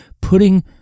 putting